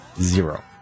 zero